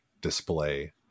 display